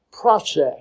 process